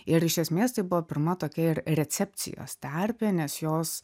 ir iš esmės tai buvo pirma tokia ir recepcijos terpė nes jos